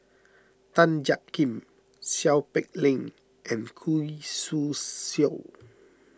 Tan Jiak Kim Seow Peck Leng and Khoo Swee Chiow